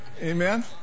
Amen